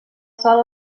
sol